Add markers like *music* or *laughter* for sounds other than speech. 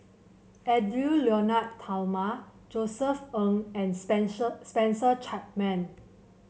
Edwy Lyonet Talma Josef Ng and *unintelligible* Spencer Chapman